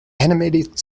animated